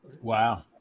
Wow